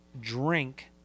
drink